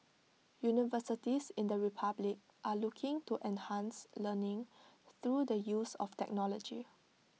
universities in the republic are looking to enhance learning through the use of technology